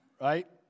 right